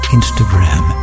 Instagram